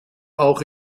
auch